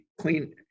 Clean